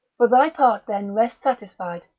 for thy part then rest satisfied,